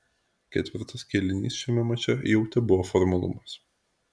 ketvirtas kėlinys šiame mače jau tebuvo formalumas